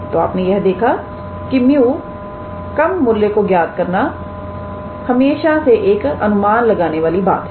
तो आपने यह देखा कि 𝜇 कम मूल्य को ज्ञात करना हमेशा से एक अनुमान लगाने वाली बात है